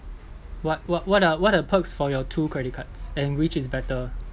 what what what are what are perks for your two credit cards and which is better